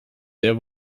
sehr